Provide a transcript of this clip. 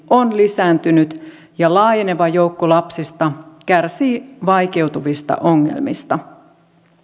on lisääntynyt ja laajeneva joukko lapsista kärsii vaikeutuvista ongelmista